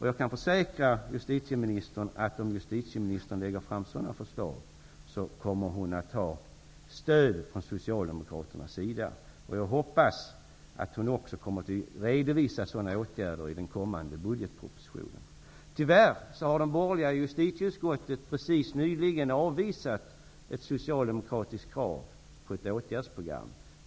Jag kan försäkra justitieministern att om hon lägger fram sådana förslag kommer hon att ha stöd från Socialdemokraterna. Jag hoppas att hon också kommer att redovisa sådana åtgärder i den kommande budgetpropositionen. De borgerliga i justitieutskottet har tyvärr nyligen avvisat ett socialdemokratiskt krav på ett åtgärdsprogram.